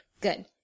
Good